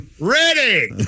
ready